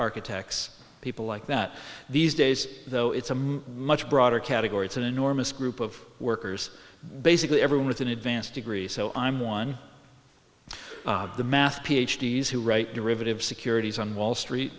architects people like that these days though it's a much broader category it's an enormous group of workers basically everyone with an advanced degree so i'm one the math ph d s who write derivatives securities on wall street